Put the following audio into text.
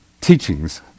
teachings